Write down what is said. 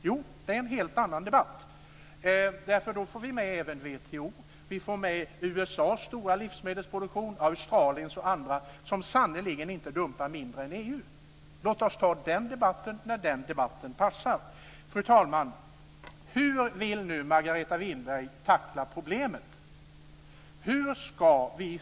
I den får man nämligen med WTO, USA:s stora livsmedelsproduktion, Australien och andra som sannerligen inte dumpar mindre än EU. Låt oss föra den debatten när den debatten passar. Fru talman! Hur vill nu Margareta Winberg tackla problemet?